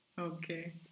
Okay